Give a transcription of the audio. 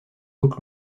haute